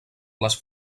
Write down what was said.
les